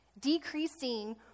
Decreasing